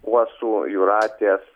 kuosų jūratės